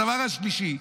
הדבר השלישי,